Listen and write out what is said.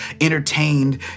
entertained